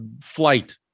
flight